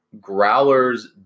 growlers